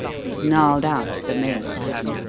snarled out the male prisoner.